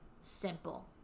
simple